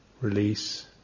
release